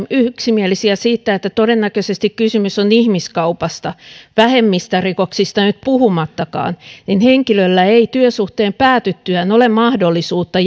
yksimielisiä siitä että todennäköisesti kysymys on ihmiskaupasta vähemmistä rikoksista nyt puhumattakaan henkilöllä ei työsuhteen päätyttyä ole mahdollisuutta